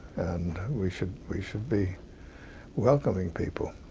and we should we should be welcoming people.